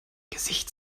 gesicht